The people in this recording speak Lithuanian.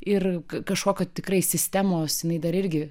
ir kažkokio tikrai sistemos jinai dar irgi